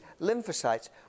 lymphocytes